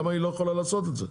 למה היא לא יכולה לעשות את זה?